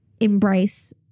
embrace